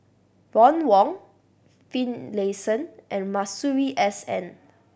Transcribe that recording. Ron Wong Finlayson and Masuri S N